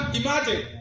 imagine